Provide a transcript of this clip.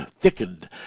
thickened